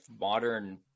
modern